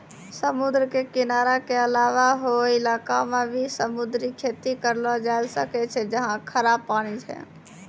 समुद्र के किनारा के अलावा हौ इलाक मॅ भी समुद्री खेती करलो जाय ल सकै छै जहाँ खारा पानी छै